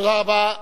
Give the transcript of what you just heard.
תודה רבה.